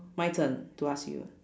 my turn to ask you